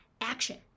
action